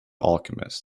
alchemist